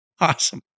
Awesome